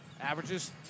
averages